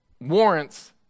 warrants